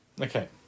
Okay